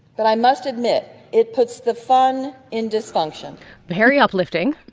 that i must admit it puts the fun in dysfunction very uplifting